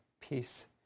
peace